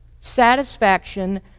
satisfaction